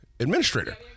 Administrator